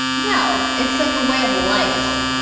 no, it's like a way of life.